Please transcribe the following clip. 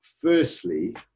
firstly